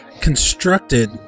constructed